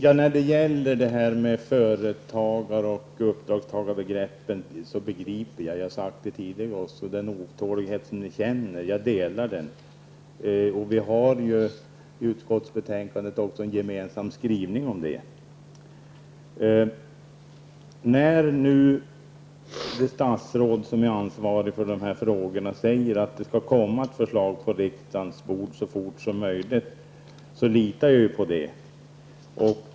Herr talman! När det gäller företagare och uppdragstagarebegreppen begriper jag -- jag har sagt det tidigare också -- den otålighet som ni känner. Jag delar den. Vi har ju i utskottsbetänkandet också en gemensam skrivning om det. När nu det statsråd som är ansvarig för de här frågorna säger att det skall komma ett förslag på riksdagens bord så fort som möjligt, litar jag på det.